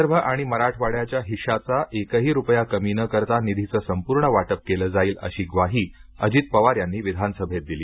विदर्भ आणि मराठवाड्याच्या हिश्शाचा एकही रुपया कमी न करता निधीचं संपूर्ण वाटप केलं जाईल अशी ग्वाही अजित पवार यांनी विधानसभेत दिली